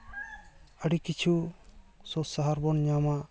ᱟᱹᱰᱤ ᱠᱤᱪᱷᱩ ᱥᱳᱛ ᱥᱟᱦᱟᱨ ᱵᱚᱱ ᱧᱟᱢᱟ